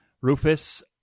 Rufus